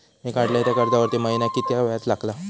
मी काडलय त्या कर्जावरती महिन्याक कीतक्या व्याज लागला?